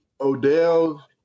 Odell